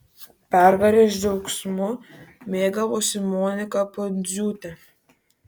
pergalės džiaugsmu mėgavosi monika pundziūtė